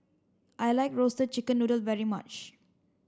I like roasted chicken noodle very much